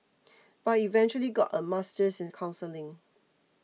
but he eventually got a master's in counselling